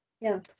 Yes